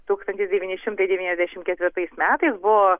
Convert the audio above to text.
tūkstantis devyni šimtai devyniasdešimt ketvirtais metais buvo